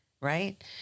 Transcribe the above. right